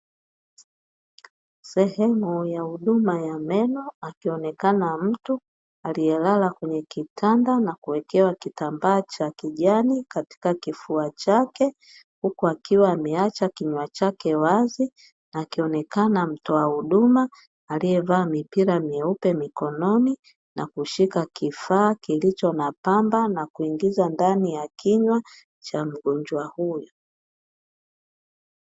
Sehemu ya huduma ya meno akionekana mtu aliyelala kwenye kitanda na kuwekewa kitambaa cha kijani katika kifua chake, huku akiwa ameacha kinywa chake wazi akionekana mtoa huduma aliyevaa mipira meupe mikononi na kushika kifaa kilicho na pamba na kuingiza ndani ya kinywa cha mgonjwa huyo.